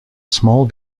small